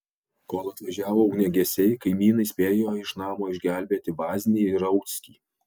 kol atvažiavo ugniagesiai kaimynai spėjo iš namo išgelbėti vaznį ir rauckį